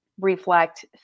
reflect